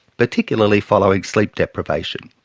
particularly following sleep deprivation.